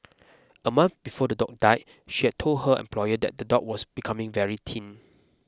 a month before the dog died she had told her employer that the dog was becoming very thin